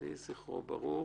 יהי זכרו ברוך.